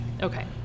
Okay